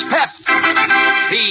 Pep